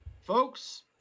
folks